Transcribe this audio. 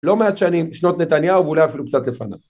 לא מעט שנים שנות נתניהו ואולי אפילו קצת לפניו.